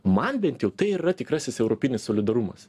man bent jau tai ir yra tikrasis europinis solidarumas